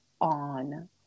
on